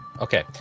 Okay